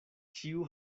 ĉiu